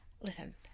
Listen